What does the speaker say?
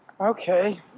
Okay